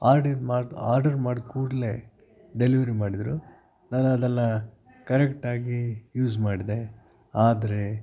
order ಮಾ order ಮಾಡಿದ ಕೂಡಲೇ ಡೆಲಿವರಿ ಮಾಡಿದರು ನಾನು ಅದನ್ನು ಕರೆಕ್ಟಾಗಿ ಯೂಸ್ ಮಾಡಿದೆ ಆದರೆ